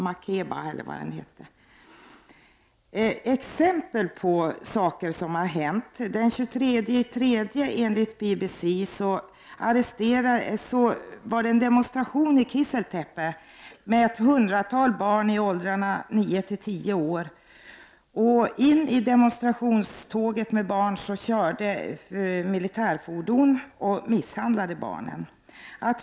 Jag skall ge några exempel på vad som har hänt. Enligt BBC var det den 23 mars en demonstration med ett hundratal barn i åldrarna 9-10 år i Kiziltepe. Vid demonstrationen körde militärfordon rakt in i demonstrationståget och misshandlade barnen.